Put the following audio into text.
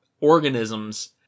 organisms